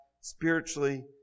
spiritually